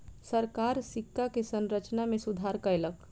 सरकार सिक्का के संरचना में सुधार कयलक